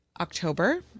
October